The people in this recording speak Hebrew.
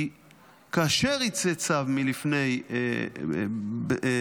כי כאשר יצא צו מלפני ה-ICC,